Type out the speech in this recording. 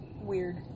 Weird